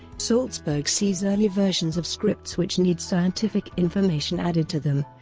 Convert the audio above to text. saltzberg sees early versions of scripts which need scientific information added to them,